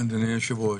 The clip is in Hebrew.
אדוני היושב-ראש,